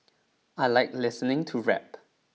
I like listening to rap